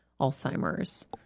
Alzheimer's